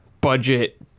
budget